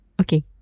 Okay